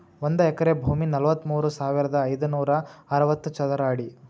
ಒಂದ ಎಕರೆ ಭೂಮಿ ನಲವತ್ಮೂರು ಸಾವಿರದ ಐದನೂರ ಅರವತ್ತ ಚದರ ಅಡಿ